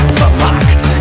verpackt